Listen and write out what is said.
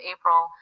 April